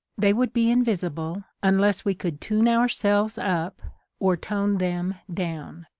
they would be invisible unless we could tune our selves up or tone them down.